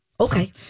Okay